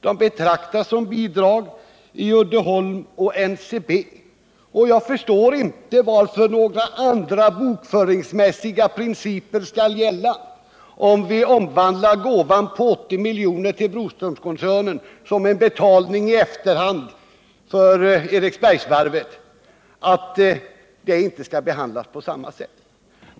De betraktas som bidrag i Uddeholm och NCHB. Jag förstår inte varför andra bokföringsmässiga principer skall gälla om vi omvandlar gåvan på 80 milj.kr. till Broströmskoncernen till en betalning i efterhand för Eriksbergsvarvet.